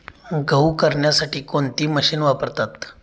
गहू करण्यासाठी कोणती मशीन वापरतात?